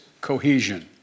cohesion